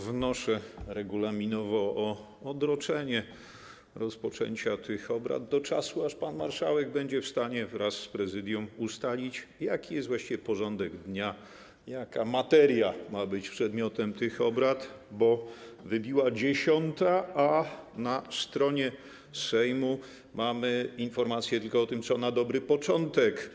Wnoszę regulaminowo o odroczenie rozpoczęcia tych obrad do czasu, aż pan marszałek będzie w stanie wraz z Prezydium ustalić, jaki jest właściwie porządek dnia, jaka materia ma być przedmiotem tych obrad, bo wybiła godz. 10, a na stronie Sejmu mamy informację tylko o tym, co na dobry początek.